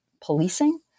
policing